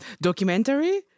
documentary